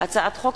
הצעת חוק